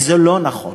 וזה לא נכון.